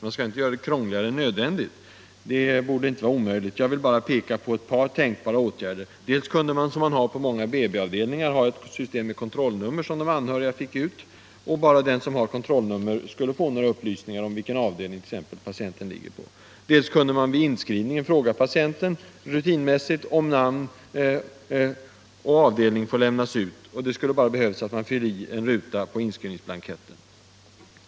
Man skall inte göra det krångligare än nödvändigt. Jag vill bara visa på ett par tänkbara åtgärder. Dels kunde man, som på många BB-avdelningar, ha ett system med kontrollnummer som de anhöriga fick ut, och bara den som har kontrollnummer skulle få upplysningar om t.ex. vilken avdelning patienten ligger på. Dels kunde man vid inskrivningen rutinmässigt fråga patienten om namn och avdelning får meddelas. Det skulle bara behövas att man fyller i en ruta på inskrivningsblanketten.